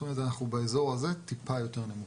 זאת אומרת אנחנו באזור הזה, טיפה יותר נמוך.